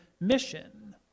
mission